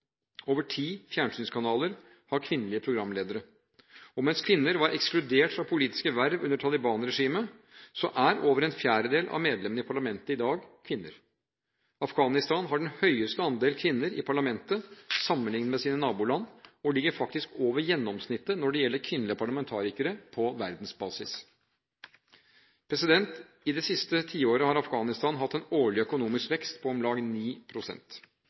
Over ti fjernsynskanaler har kvinnelige programledere, og mens kvinner var ekskludert fra politiske verv under Taliban-regimet, er over en fjerdedel av medlemmene i parlamentet i dag kvinner. Afghanistan har den høyeste andel kvinner i parlamentet sammenlignet med sine naboland og ligger faktisk over gjennomsnittet på verdensbasis når det gjelder kvinnelige parlamentarikere. I det siste tiåret har Afghanistan hatt en årlig økonomisk vekst på om lag